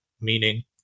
meaning